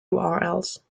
urls